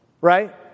right